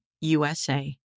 USA